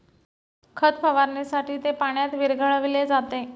खत फवारणीसाठी ते पाण्यात विरघळविले जाते